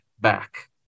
back